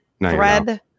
thread